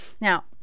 Now